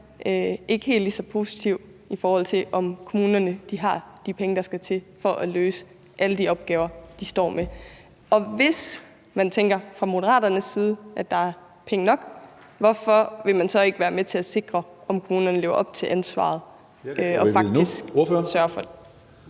ikke helt lige så positiv i forhold til, om kommunerne har de penge, der skal til, for at løse alle de opgaver, de står med. Hvis man fra Moderaternes side tænker, at der er penge nok, hvorfor vil man så ikke være med til at sikre og sørge for, at kommunerne lever op til ansvaret? Kl. 14:47 Tredje